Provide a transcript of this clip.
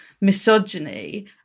misogyny